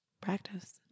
Practice